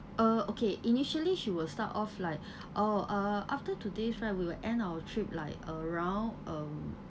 uh okay initially she would start off like oh uh after today's right we will end our trip like around um